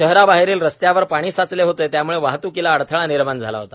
शहराबाहेरील रस्त्यावर पाणी साचले होते त्यामुळे वाहतूकीला अडथळा निर्माण झाला होता